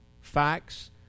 facts